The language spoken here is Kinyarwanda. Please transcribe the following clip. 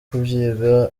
kubyiga